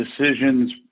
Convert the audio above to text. decisions